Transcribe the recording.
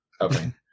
Okay